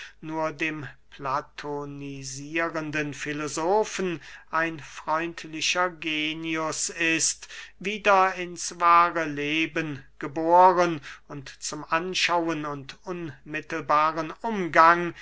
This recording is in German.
nur dem platonisierenden filosofen ein freundlicher genius ist wieder ins wahre leben geboren und zum anschauen und unmittelbaren umgang